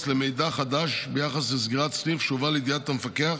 למידע חדש ביחס לסגירת סניף שהובא לידיעת המפקח